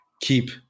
keep